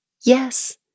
Yes